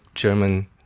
German